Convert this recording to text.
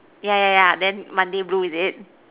yeah yeah yeah then Monday blue is it